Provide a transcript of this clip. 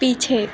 पीछे